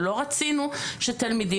ולא רצינו שוב,